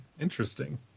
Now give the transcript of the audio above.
Interesting